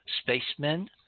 Spacemen